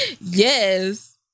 Yes